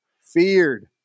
Feared